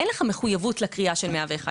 אין לך מחויבות לקריאה של 101,